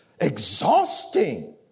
exhausting